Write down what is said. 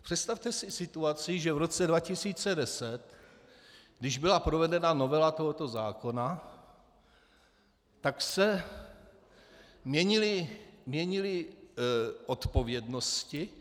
Představte si situaci, že v roce 2010, když byla provedena novela tohoto zákona, tak se měnily odpovědnosti.